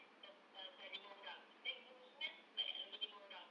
dah dah dah lima then groomsmen like lagi lima orang